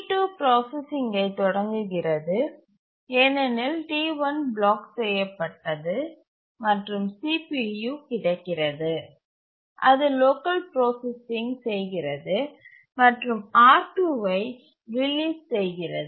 T2 ப்ராசசிங்கை தொடங்குகிறது ஏனெனில் T1 பிளாக் செய்யப்பட்டது மற்றும் CPU கிடைக்கிறது அது லோக்கல் ப்ராசசிங் செய்கிறது மற்றும் R2 ஐ ரிலீஸ் செய்கிறது